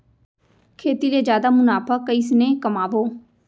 खेती ले जादा मुनाफा कइसने कमाबो?